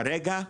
כרגע,